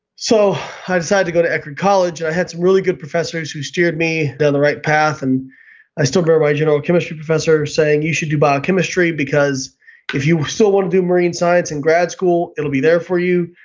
so i decided to go to akron college. i had some really good professors who steered me down the right path. and i still remember my general chemistry professor saying, you should do biochemistry because if you still want to do marine science in grad school it'll be there for you,